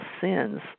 sins